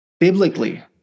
Biblically